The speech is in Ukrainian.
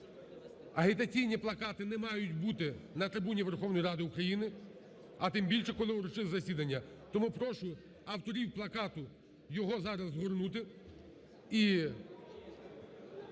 Агітаційні плакати не мають бути на трибуні Верховної Ради України, а тим більше, коли урочисте засідання. Тому прошу авторів плакату його зараз згорнути